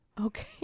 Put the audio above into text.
Okay